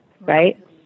right